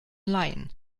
laien